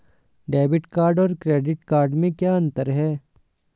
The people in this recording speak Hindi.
डेबिट कार्ड और क्रेडिट कार्ड में क्या अंतर है?